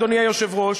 אדוני היושב-ראש,